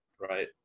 right